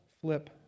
Flip